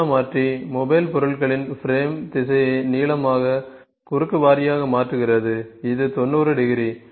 கோண மாற்றி மொபைல் பொருள்களின் பிரேம் திசையை நீளமாக குறுக்கு வாரியாக மாற்றுகிறது இது 90 டிகிரி